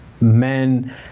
men